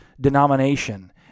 denomination